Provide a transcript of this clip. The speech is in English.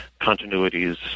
continuities